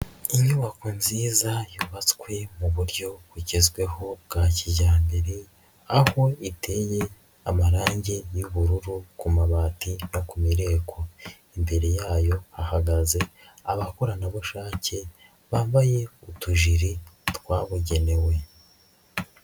Inyubako nziza yubatswe mu buryo bugezweho bwa kijyambere, aho iteye amarangi y'ubururu ku mabati no ku mireko, imbere yayo hahagaze abakoranabushake bambaye utujiri twabugenewe.